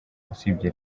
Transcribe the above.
usibye